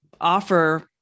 offer